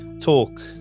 talk